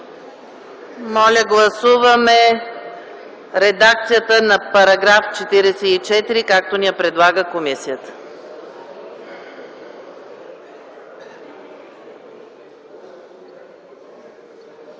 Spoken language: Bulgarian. Моля, гласуваме редакцията на § 44, както ни я предлага комисията.